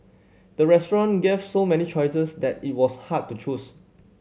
the restaurant gave so many choices that it was hard to choose